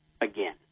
again